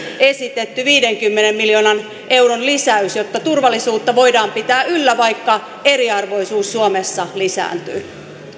esitetty viidenkymmenen miljoonan euron lisäys jotta turvallisuutta voidaan pitää yllä vaikka eriarvoisuus suomessa lisääntyy